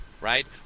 right